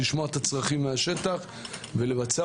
לשמוע את הצרכים מהשטח ולבצע,